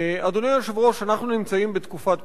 אדוני היושב-ראש, אנחנו נמצאים בתקופת בחירות,